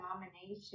nomination